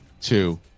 two